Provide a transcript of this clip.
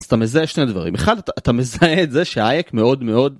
אז אתה מזהה שני דברים: אחד, אתה מזהה את זה שהאייק מאוד מאוד